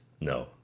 No